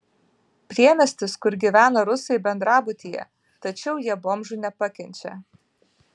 priemiestis kur gyvena rusai bendrabutyje tačiau jie bomžų nepakenčia